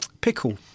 pickle